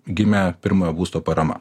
gimė pirmojo būsto parama